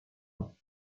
month